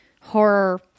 horror